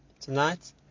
tonight